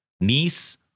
niece